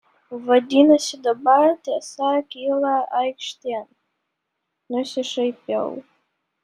vadinasi dabar tiesa kyla aikštėn nusišaipiau